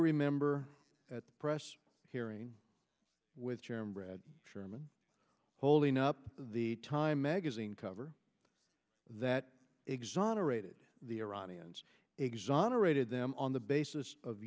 remember at a press hearing with chairman brett sherman holding up the time magazine cover that exonerated the iranians exonerated them on the basis of